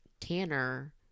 Tanner